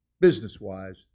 business-wise